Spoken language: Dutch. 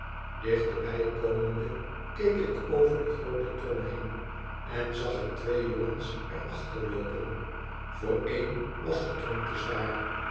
dichterbij komende keek ik over de groote trom heen en zag ik twee jongens er achter loopen voor één was de